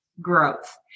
growth